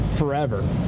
forever